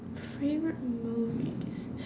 favourite movies